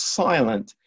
silent